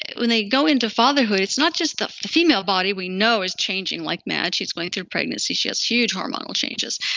when they into fatherhood, it's not just the female body we know is changing like mad. she's going through pregnancy, she has huge hormonal changes.